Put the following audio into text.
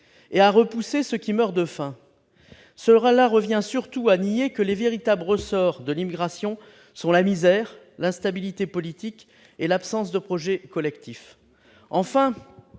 et à repousser ceux qui meurent de faim. Cela revient surtout à nier que les véritables ressorts de l'immigration sont la misère, l'instabilité politique et l'absence de projet collectif.